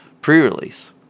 pre-release